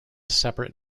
separate